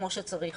כמו שצריך.